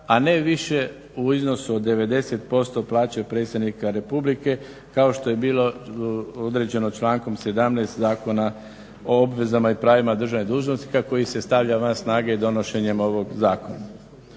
a ne više u iznosu od 90% plaće predsjednika republike, kao što je bilo određeno člankom 17. Zakona o obvezama i pravima državnih dužnosnika koji se stavlja van snage donošenjem ovog zakona.".